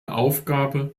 aufgabe